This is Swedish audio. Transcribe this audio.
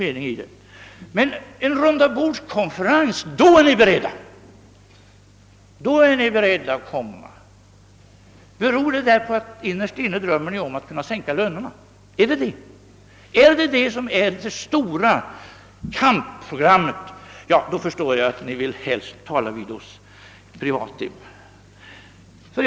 Vid en rundabordskonferens är ni beredda att tala om det. Beror det på att ni innerst inne drömmer om att kunna sänka lönerna? Är det ert stora kampprogram, så förstår jag att ni helst. vill tala med oss privatim.